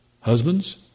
husbands